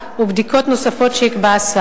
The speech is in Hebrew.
רק שאתה לא זוכר שאתה כבר לא רואה.